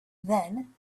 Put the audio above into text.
then